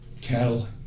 cattle